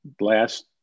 last